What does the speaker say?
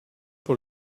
pour